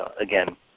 again